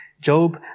Job